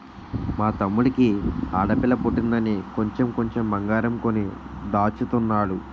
మా తమ్ముడికి ఆడపిల్ల పుట్టిందని కొంచెం కొంచెం బంగారం కొని దాచుతున్నాడు